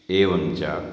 एवञ्च